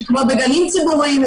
כמו בגנים ציבוריים.